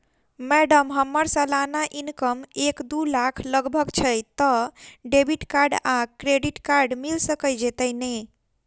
Madam हम्मर सलाना income एक दु लाख लगभग छैय तऽ डेबिट कार्ड आ क्रेडिट कार्ड मिल जतैई नै?